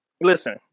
Listen